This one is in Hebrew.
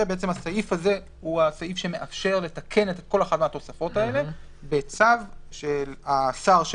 שהסעיף הזה הוא הסעיף שמאפשר לתקן כל אחת מהתוספות האלה בצו של השר,